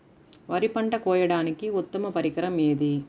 వరి పంట కోయడానికి ఉత్తమ పరికరం ఏది?